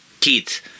kids